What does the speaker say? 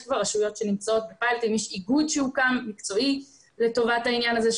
יש כבר רשויות שנמצאות --- יש איגוד מקצועי שהוקם לטובת העניין הזה,